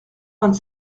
vingt